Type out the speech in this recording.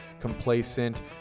complacent